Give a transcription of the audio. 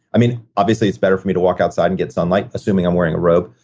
i mean, obviously it's better for me to walk outside and get sunlight assuming i'm wearing a robe.